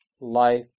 life